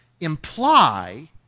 imply